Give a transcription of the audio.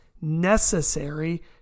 necessary